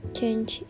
change